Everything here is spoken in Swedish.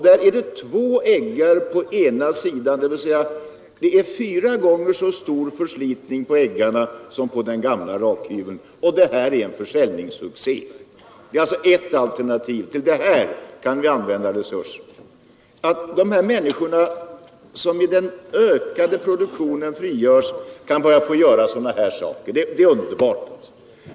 Den har två eggar på en sida, och det betyder att det blir fyra gånger så stor förslitning på eggarna som på den gamla rakhyveln. Och detta är en försäljningssuccé! Det är alltså ett alternativ. Till sådant kan vi använda resurserna. Att de människor som den ökade produktiviteten frigör kan börja tillverka sådana här saker är väl underbart?